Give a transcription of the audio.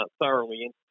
thoroughly